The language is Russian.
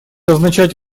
означать